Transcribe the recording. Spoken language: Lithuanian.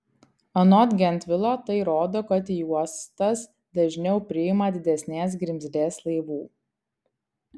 anot gentvilo tai rodo kad į uostas dažniau priima didesnės grimzlės laivų